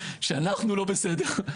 שאנחנו לא בסדר.